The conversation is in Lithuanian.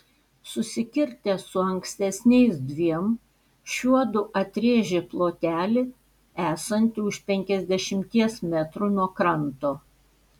susikirtę su ankstesniais dviem šiuodu atrėžė plotelį esantį už penkiasdešimties metrų nuo kranto